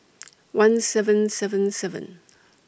one seven seven seven